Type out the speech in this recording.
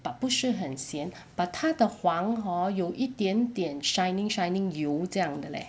but 不是很咸 but 它的黄 hor 有一点点 shining shining 油这样的 leh